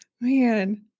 Man